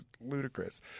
ludicrous